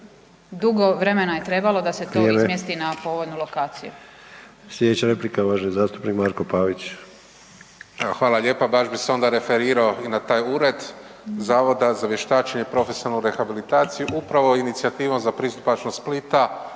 Dugo vremena je trebalo da se to izmjesti na povoljnu lokaciju. **Sanader, Ante (HDZ)** Sljedeća replika uvaženi zastupnik Marko Pavić. **Pavić, Marko (HDZ)** Hvala lijepa. Baš bih se onda referirao i na taj ured Zavoda za vještačenje i profesionalnu rehabilitaciju, upravo inicijativom za pristupačnost Splita,